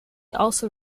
also